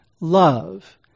love